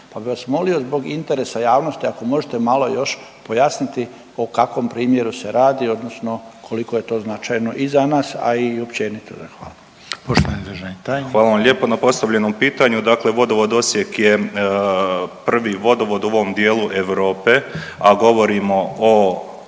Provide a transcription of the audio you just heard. pa bih vas molio zbog interesa javnosti ako možete malo još pojasniti o kakvom primjeru se radi, odnosno koliko je to značajno i za nas, a i općenito. Hvala. **Reiner, Željko (HDZ)** Poštovani državni tajnik. **Šiljeg, Mario (HDZ)** Hvala vam lijepo na postavljenom pitanju. Dakle, Vodovod Osijek je prvi vodovod u ovom dijelu Europe, a govorimo o